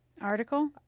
article